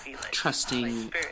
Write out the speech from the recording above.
trusting